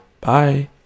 bye